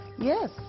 Yes